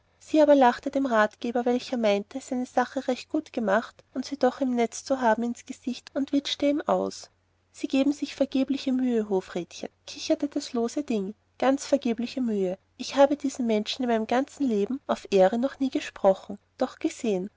sie aber lachte dem ratgeber welcher meinte seine sache recht gut gemacht und sie ganz im netz zu haben ins gesicht und witschte ihm aus sie geben sich vergeblich mühe hofrätchen kicherte das lose ding ganz vergebliche mühe ich habe diesen menschen in meinem ganzen leben auf ehre noch nie gesprochen doch gesehen